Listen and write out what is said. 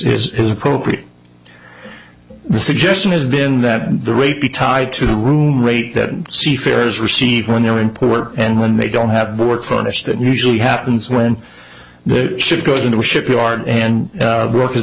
his is appropriate the suggestion is then that the rate be tied to the room rate that seafarers received when they're in poor and when they don't have board furnished it usually happens when the ship goes into a shipyard and work is